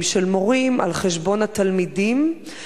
של מורים על חשבון התלמידים,